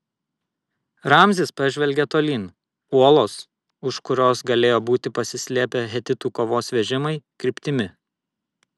ramzis pažvelgė tolyn uolos už kurios galėjo būti pasislėpę hetitų kovos vežimai kryptimi